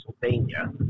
Pennsylvania